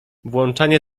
włączanie